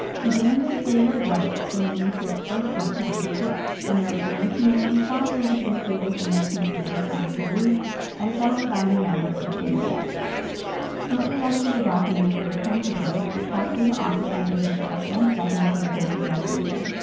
beginning with theodore dwight, the manuscripts first went to david bliss, a noted missionary, founder of the prestigious american university of beirut and fellow founding member of yeah aes. shortly after the documents were returned to dwight, they passed through the offices of the first and second presidents of liberia,